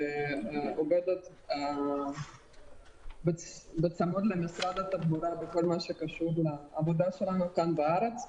אנחנו עובדים בצמוד למשרד התחבורה בכל מה שקשור לעבודה שלנו כאן בארץ.